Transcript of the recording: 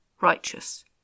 righteous